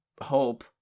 hope